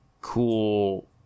cool